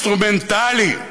אינסטרומנטלי,